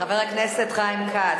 חבר הכנסת חיים כץ,